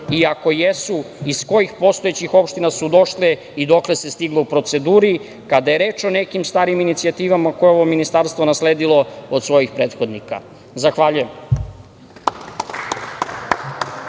i, ako jesu, iz kojih postojećih opština su došle i dokle se stiglo u proceduri, kada je reč o nekim starim inicijativama koje je ovo ministarstvo nasledilo od svojih prethodnika? Zahvaljujem.